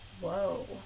Whoa